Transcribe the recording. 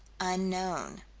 unknown.